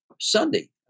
Sunday